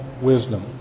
wisdom